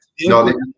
No